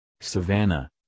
Savannah